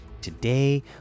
today